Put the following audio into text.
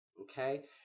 Okay